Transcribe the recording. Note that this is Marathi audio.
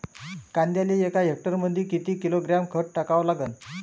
कांद्याले एका हेक्टरमंदी किती किलोग्रॅम खत टाकावं लागन?